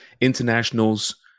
Internationals